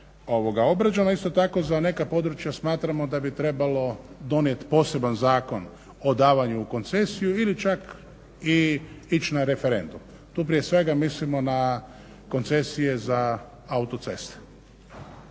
obrađeno, a isto tako za neka područja smatramo da bi trebalo donijeti poseban zakon o davanju u koncesiju ili čak i ići na referendum. Tu mislim prije svega mislim na koncesije za autoceste.